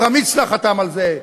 עמרם מצנע חתם על זה.